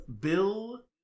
Bill